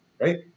right